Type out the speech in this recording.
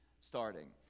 starting